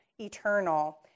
eternal